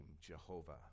Jehovah